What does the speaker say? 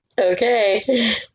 Okay